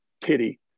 pity